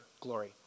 glory